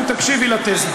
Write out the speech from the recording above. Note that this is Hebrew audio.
אם תקשיבי לתזה.